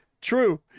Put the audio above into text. true